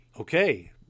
okay